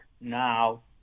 now